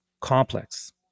complex